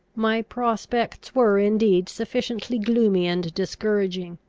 my prospects were indeed sufficiently gloomy and discouraging.